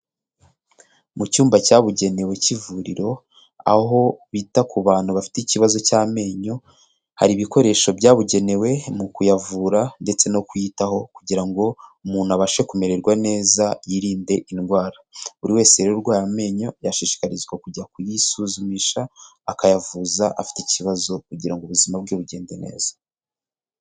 Mu cyumba cyabugenewe k’ivuriro aho bita ku bantu bafite ikibazo cy'amenyo, har’ibikoresho byabugenewe mu kuyavura ndetse no kuyitaho, kugira ngo umuntu abashe kumererwa neza yirinde indwara. Buri wese rero urwaye amenyo, yashishikarizwa kujya kuyisuzumisha akayavuza afite ikibazo, kugira ngo ubuzima bwe bugende neza.